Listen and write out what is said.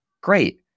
Great